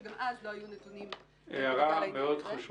שגם אז לא היו נתונים --- הערה מאוד חשובה,